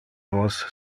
vos